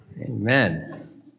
Amen